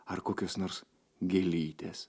ar kokios nors gėlytės